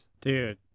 Dude